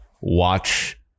watch